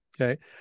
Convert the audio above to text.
okay